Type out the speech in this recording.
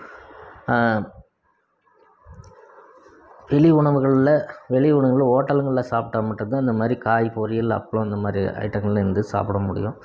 வெளி உணவுகளில் வெளி உணவுகளில் ஹோட்டல்களில் சாப்பிட்டா மட்டும்தான் இந்தமாதிரி காய் பொரியல் அப்பளம் இந்தமாதிரி ஐட்டங்கள்லேருந்து சாப்பிட முடியும்